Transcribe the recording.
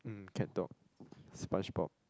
um Cat Dog Spongebob